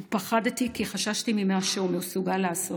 ופחדתי, כי חששתי ממה שהוא מסוגל לעשות.